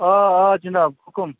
آ آ جناب حُکُم